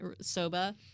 soba